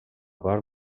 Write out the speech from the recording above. part